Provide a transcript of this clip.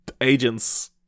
agents